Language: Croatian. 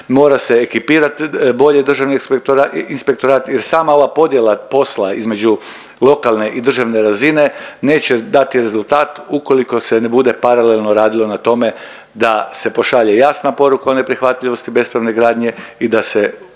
mora se ekipirat bolje Državni inspektorat jer sam ova podjela posla između lokalne i državne razine neće dati rezultat ukoliko se ne bude paralelno radilo na tome da se pošalje jasna poruka o neprihvatljivosti bespravne gradnje i da se